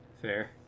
Fair